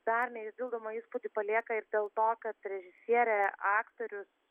dar neišdildomą įspūdį palieka ir dėl to kad režisierė aktorius